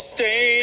Stay